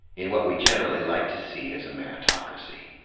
in what we generally like to see as a meritocracy.